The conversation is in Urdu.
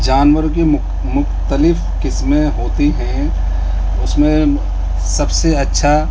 جانور کی مختلف قسمیں ہوتی ہیں اس میں سب سے اچھا